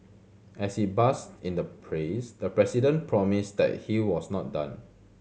as he basked in the praise the president promised that he was not done